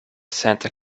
santa